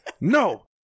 No